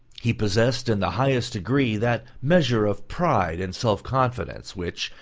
he possessed in the highest degree that measure of pride and self-confidence which,